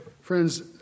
Friends